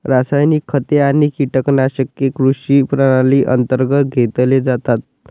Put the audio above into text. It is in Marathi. रासायनिक खते आणि कीटकनाशके कृषी प्रणाली अंतर्गत घेतले जातात